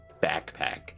backpack